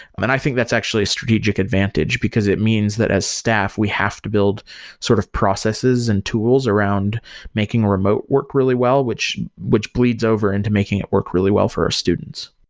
and i think that's actually a strategic advantage, because it means that as staff, we have to build sort of processes and tools around making remote work really well, which which bleeds over into making it work really well for our students.